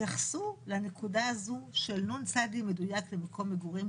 יתייחסו לנקודה הזאת של נ"צ מדויק למקום מגורים,